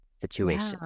situation